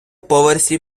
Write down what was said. поверсі